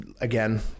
again